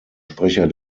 sprecher